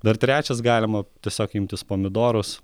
dar trečias galima tiesiog imtis pomidorus